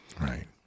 Right